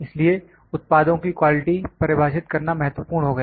इसलिए उत्पादों की क्वालिटी परिभाषित करना महत्वपूर्ण हो गया